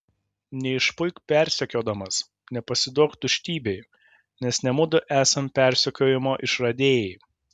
neišpuik persekiodamas nepasiduok tuštybei nes ne mudu esam persekiojimo išradėjai